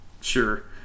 sure